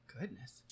Goodness